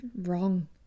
wrong